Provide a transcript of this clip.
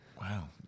Wow